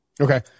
Okay